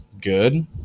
good